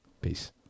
Peace